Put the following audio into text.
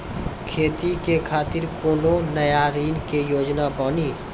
खेती के खातिर कोनो नया ऋण के योजना बानी?